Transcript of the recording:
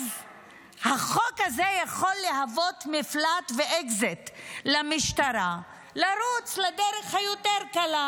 החוק הזה יכול להוות מפלט ואקזיט למשטרה לרוץ לדרך היותר קלה: